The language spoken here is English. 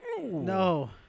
No